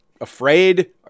afraid